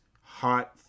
hot